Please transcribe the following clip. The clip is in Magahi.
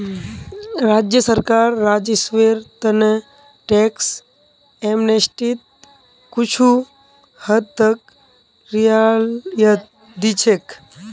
राज्य सरकार राजस्वेर त न टैक्स एमनेस्टीत कुछू हद तक रियायत दी छेक